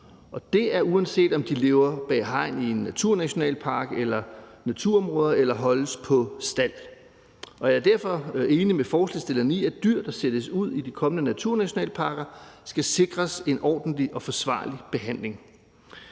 det er, uanset om de lever bag hegn i en naturnationalpark eller et naturområde eller holdes på stald. Og jeg er derfor enig med forslagsstillerne i, at dyr, der sættes ud i de kommende naturnationalparker, skal sikres en ordentlig og forsvarlig behandling.